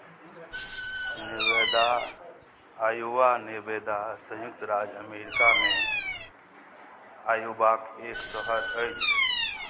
Nevada Iowa Nevada संयुक्त राज्य अमेरिकामे आयुवाक एक शहर अछि